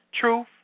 truth